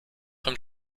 vom